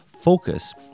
Focus